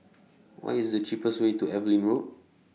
What IS The cheapest Way to Evelyn Road